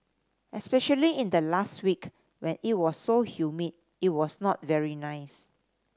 especially in the last week when it was so humid it was not very nice